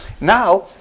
Now